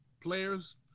players